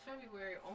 February